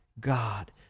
God